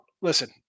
listen